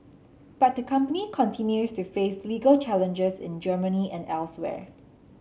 but the company continues to face legal challenges in Germany and elsewhere